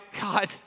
God